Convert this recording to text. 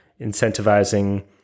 incentivizing